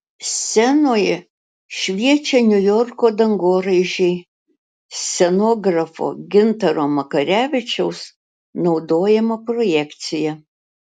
scenoje šviečia niujorko dangoraižiai scenografo gintaro makarevičiaus naudojama projekcija